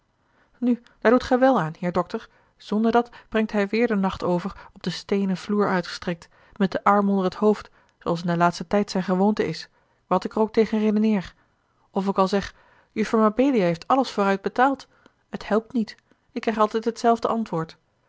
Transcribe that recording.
nu daar doet gij wel aan heer dokter zonderdat brengt hij weêr den nacht over op den steenen vloer uitgestrekt met den arm onder het hoofd zooals in den laatsten tijd zijne gewoonte is wat ik er ook tegen redeneer of ik al zeg juffer mabelia heeft alles vooruit betaald het helpt niet ik krijg altijd hetzelfde antwoord